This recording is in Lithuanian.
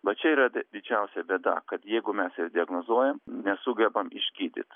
va čia yra ta didžiausia bėda kad jeigu mes ir diagnozuojam nesugebam išgydyt